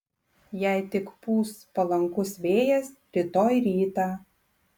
jei tik pūs palankus vėjas rytoj rytą